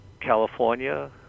California